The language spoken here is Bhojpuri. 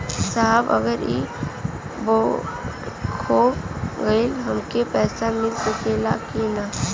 साहब अगर इ बोडखो गईलतऽ हमके पैसा मिल सकेला की ना?